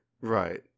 Right